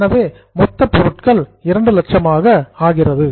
எனவே மொத்த பொருட்கள் 200000 ஆகும்